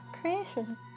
creation